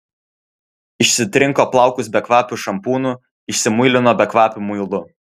išsitrinko plaukus bekvapiu šampūnu išsimuilino bekvapiu muilu